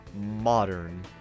modern